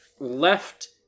left